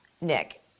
Nick